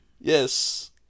Yes